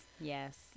yes